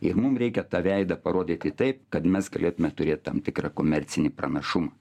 ir mum reikia tą veidą parodyti taip kad mes galėtume turėti tam tikrą komercinį pranašumą